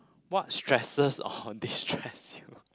what stresses or destress you